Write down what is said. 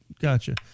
Gotcha